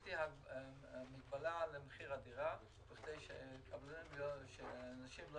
עשיתי מגבלה למחיר הדירה בכדי שאנשים לא